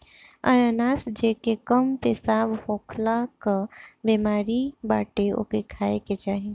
अनानास जेके कम पेशाब होखला कअ बेमारी बाटे ओके खाए के चाही